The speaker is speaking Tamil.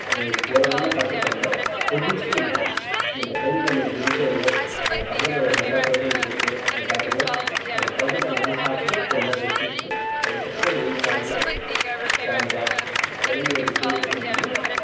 போகிற வழியில் பார்த்துக்காம ஒரு பிக்ஸ் பண்ணிக்கலாம் இந்த டைமுக்கு நம்ம இங்கே ரீச் ஆகிருவோம் அது பக்கத்தில் ஒரு நல்ல ஹோட்டல் இருக்குது பார்த்துக்குவோம் அதைப் பார்த்துட்டு அங்கே போய் சாப்பிட்டுட்டு கொஞ்சம் நேரம் ரெஸ்ட் எடுத்திட்டு அதுக்கப்புறம் மேல் ட்ராவலை கிளம்பலாம் கிளம்பி அப்படி போய்ட்ருக்கும் போது